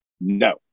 no